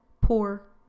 Poor